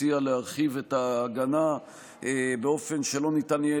מציע להרחיב את ההגנה באופן שלא ניתן יהיה